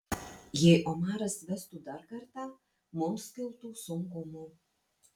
jei omaras vestų dar kartą mums kiltų sunkumų